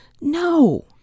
No